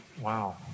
Wow